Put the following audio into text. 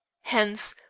hence,